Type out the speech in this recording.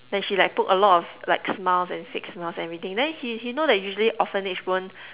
then she like poke a lot of like smiles and fake smiles and everything then he he know that usually orphanage won't